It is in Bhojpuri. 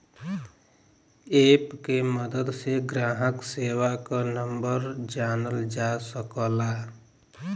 एप के मदद से ग्राहक सेवा क नंबर जानल जा सकला